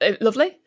lovely